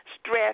stress